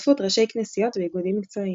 בהשתתפות ראשי כנסיות ואיגודים מקצועיים.